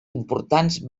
importants